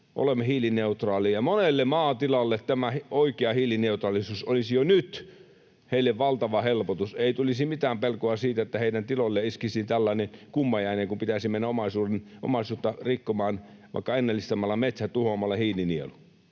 olemme hiilineutraali. Monelle maatilalle tämä oikea hiilineutraalisuus olisi jo nyt valtava helpotus, ei tulisi mitään pelkoa siitä, että heidän tiloilleen iskisi tällainen kummajainen, että pitäisi mennä omaisuutta rikkomaan vaikka ennallistamalla metsät ja tuhoamalla hiilinielu.